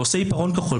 עושה עיפרון כחול,